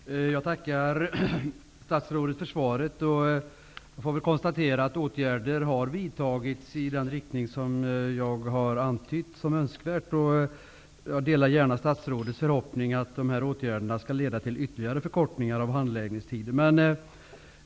Fru talman! Jag tackar statsrådet för svaret. Jag får konstatera att åtgärder har vidtagits i den riktning som jag har antytt som önskvärd. Jag delar gärna statsrådets förhoppning att de här åtgärderna skall leda till ytterligare förkortning av handläggningstiden.